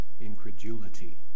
incredulity